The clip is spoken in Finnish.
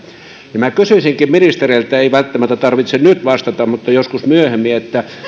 ja minä kysyisinkin ministereiltä ei välttämättä tarvitse nyt vastata mutta joskus myöhemmin